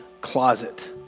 closet